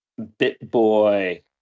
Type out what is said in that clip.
BitBoy